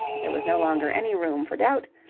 there was no longer any room for doubt,